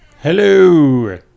Hello